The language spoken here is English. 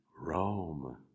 Rome